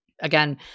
again